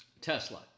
Tesla